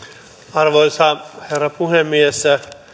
arvoisa herra puhemies